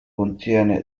contiene